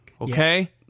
Okay